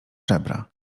żebra